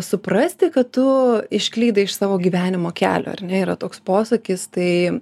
suprasti kad tu išklydai iš savo gyvenimo kelio ar ne yra toks posakis tai